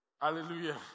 Hallelujah